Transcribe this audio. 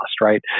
right